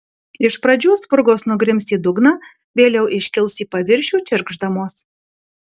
iš pradžių spurgos nugrims į dugną vėliau iškils į paviršių čirkšdamos